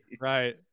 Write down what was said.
Right